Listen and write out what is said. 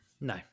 no